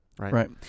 right